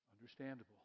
understandable